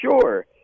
sure